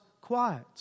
quiet